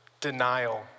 denial